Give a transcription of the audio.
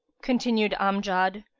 continued amjad,